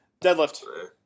Deadlift